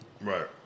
Right